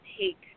take